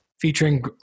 featuring